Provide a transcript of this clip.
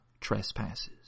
trespasses